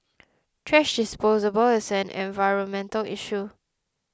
thrash disposal ball is an environmental issue